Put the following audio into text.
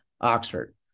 Oxford